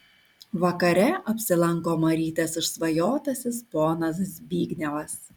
vakare apsilanko marytės išsvajotasis ponas zbignevas